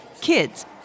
kids